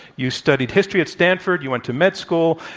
you studied history at stanford. you went to med school.